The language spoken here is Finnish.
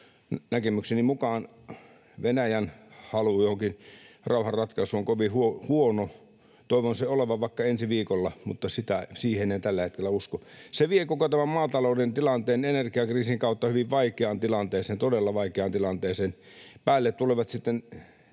näkemykseni mukaan Venäjän halu johonkin rauhanratkaisuun on kovin huono. Toivon sitä olevan vaikka ensi viikolla, mutta siihen en tällä hetkellä usko. Se vie koko tämän maatalouden tilanteen energiakriisin kautta hyvin vaikeaan tilanteeseen, todella vaikeaan tilanteeseen. Päälle tulevat sitten